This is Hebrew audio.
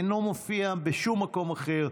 הוא אינו מופיע בשום מקום אחר,